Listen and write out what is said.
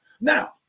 Now